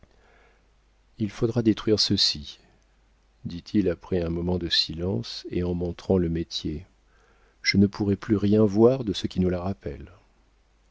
il faudra détruire ceci dit-il après un moment de silence et en montrant le métier je ne pourrais plus rien voir de ce qui nous la rappelle